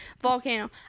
volcano